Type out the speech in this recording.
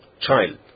child